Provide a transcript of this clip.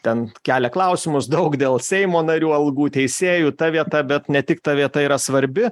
ten kelia klausimus daug dėl seimo narių algų teisėjų ta vieta bet ne tik ta vieta yra svarbi